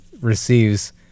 receives